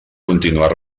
continuar